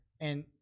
and-